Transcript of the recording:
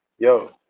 Yo